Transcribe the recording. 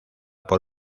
por